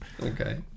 Okay